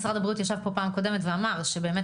משרד הבריאות ישב פה פעם קודמת ואמר שבאמת